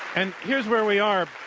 and here's where we are.